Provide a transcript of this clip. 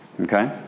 Okay